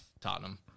Tottenham